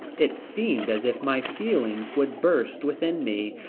it seemed as if my feelings would burst within me.